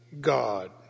God